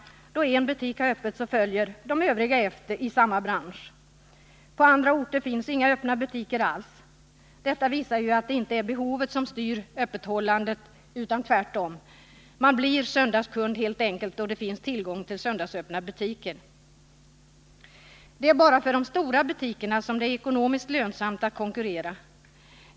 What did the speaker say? Då en butik har öppet, följer övriga i samma bransch efter. På andra orter finns inga öppna butiker alls. Detta visar ju att det inte är behovet som styr öppethållandet utan tvärtom. Man blir söndagskund helt enkelt då det finns tillgång till söndagsöppna butiker. Bara för de stora butikerna är det ekonomiskt lönsamt att konkurrera.